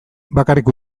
bakarrik